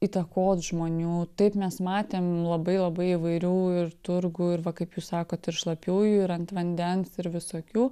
įtakot žmonių taip mes matėm labai labai įvairių ir turgų ir va kaip jūs sakot ir šlapiųjų ir ant vandens ir visokių